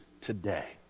today